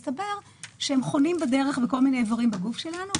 מסתבר שהם חונים בדרך בכל מיני איברים בגוף שלנו,